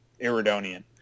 Iridonian